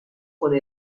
por